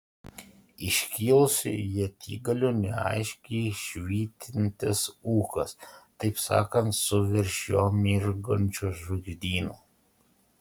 iškilusių ietigalių neaiškiai švytintis ūkas taip sakant su virš jo mirgančiu žvaigždynu